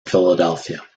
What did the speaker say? philadelphia